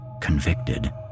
Convicted